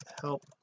help